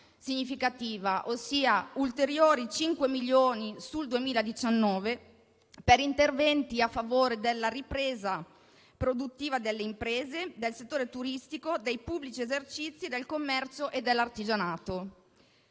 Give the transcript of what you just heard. significativa, ossia ulteriori 5 milioni sul 2019 per interventi a favore della ripresa produttiva delle imprese, del settore turistico, dei pubblici esercizi, del commercio e dell'artigianato.